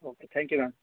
okay thank you ma'am